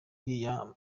ariya